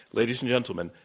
ladies and gentlemen,